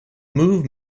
move